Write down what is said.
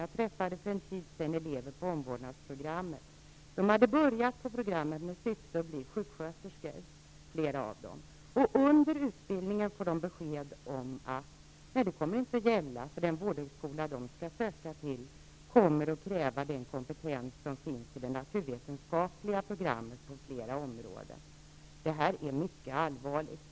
Jag träffade för en tid sedan elever på omvårdnadsprogrammet. Flera av dem hade börjat på programmet med syfte att bli sjuksköterskor, och under utbildningens gång har de fått besked om att det inte kommer att fungera, eftersom den vårdhögskola de hade tänkt söka till på flera områden kommer att kräva den kompetens som uppnås på det naturvetenskapliga programmet. Det här är mycket allvarligt.